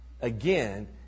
Again